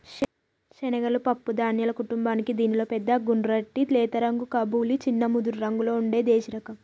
శనగలు పప్పు ధాన్యాల కుటుంబానికీ దీనిలో పెద్ద గుండ్రటి లేత రంగు కబూలి, చిన్న ముదురురంగులో ఉండే దేశిరకం